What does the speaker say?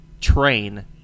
train